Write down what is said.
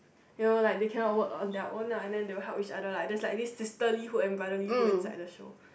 you know like they cannot work on their own lah then they will help each other like there's slightly sisterhood and brotherhood inside the show